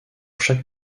chaque